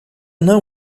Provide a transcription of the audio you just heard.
não